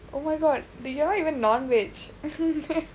oh my god do you all even non veg